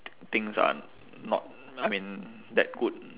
things are not I mean that good